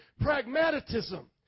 pragmatism